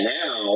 now